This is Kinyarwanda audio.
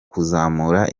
kuzamura